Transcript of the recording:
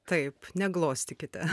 taip neglostykite